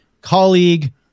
colleague